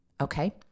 Okay